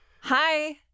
Hi